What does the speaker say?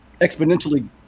exponentially